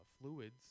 fluids